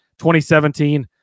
2017